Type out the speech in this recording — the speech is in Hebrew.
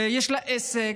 ויש לה עסק.